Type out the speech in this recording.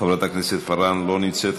חברת הכנסת פארן, לא נמצאת,